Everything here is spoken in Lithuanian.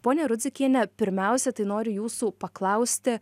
ponia rudzikiene pirmiausia tai noriu jūsų paklausti